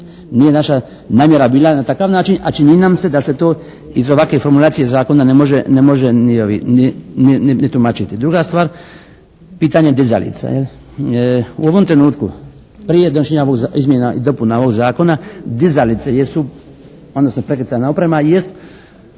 nije naša namjera bila na takav način, a čini nam se da se to iz ovakve formulacije zakona ne može ni tumačiti. Druga stvar, pitanje dizalica. U ovom trenutku prije donošenja izmjena i dopuna ovog Zakona dizalice jesu, odnosno prekrcajna oprema jest